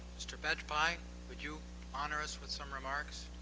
mr. bajpai would you honor us with some remarks?